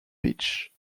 peach